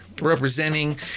representing